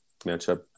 matchup